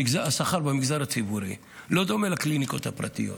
השכר במגזר הציבורי לא דומה לקליניקות הפרטיות